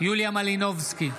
יוליה מלינובסקי,